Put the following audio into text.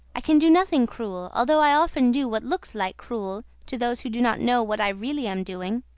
i can do nothing cruel, although i often do what looks like cruel to those who do not know what i really am doing.